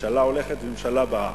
ממשלה הולכת וממשלה באה.